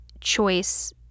choice